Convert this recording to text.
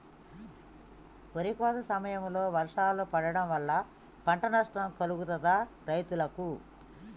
వరి కోత సమయంలో వర్షాలు పడటం వల్ల పంట నష్టం కలుగుతదా రైతులకు?